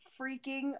freaking